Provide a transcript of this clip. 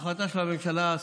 ההחלטה של הממשלה,